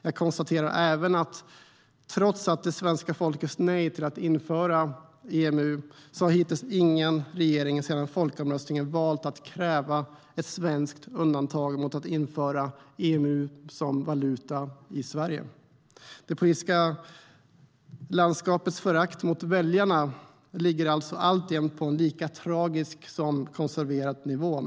Jag konstaterar även att trots det svenska folkets nej till att gå med i EMU har hittills ingen regering sedan folkomröstningen valt att kräva ett svenskt undantag från att införa euron som valuta i Sverige. Det politiska landskapets förakt mot väljarna ligger alltså alltjämt på en lika tragisk som konserverad nivå.